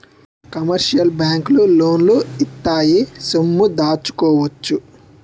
commercial బ్యాంకులు లోన్లు ఇత్తాయి సొమ్ము దాచుకోవచ్చు